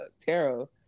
tarot